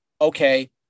Okay